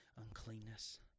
uncleanness